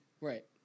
Right